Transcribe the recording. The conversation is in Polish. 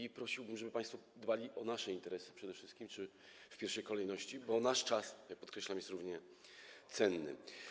I prosiłbym, żeby państwo dbali o nasze interesy przede wszystkim czy w pierwszej kolejności, bo nasz czas... [[Ooo.]] ...podkreślam, jest równie cenny.